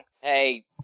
Hey